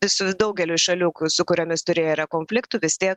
su daugeliu šalių su kuriomis turėję yra konfliktų vis tiek